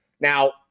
Now